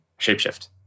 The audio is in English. Shapeshift